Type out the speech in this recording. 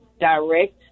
direct